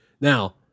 Now